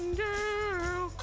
girl